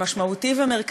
החוק הזה,